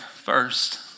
first